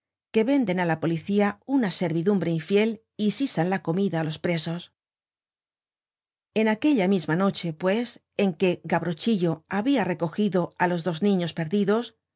que venden á la policía una servidumbre infiel y sisan la comida á los presos en aquella misma noche pues en que gavrochillo habia recogido á los dos niños perdidos